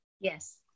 Yes